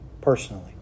personally